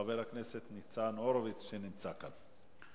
חבר הכנסת ניצן הורוביץ שנמצא כאן.